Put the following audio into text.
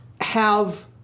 have-